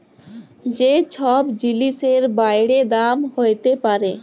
যে ছব জিলিসের বাইড়ে দাম হ্যইতে পারে